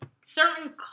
certain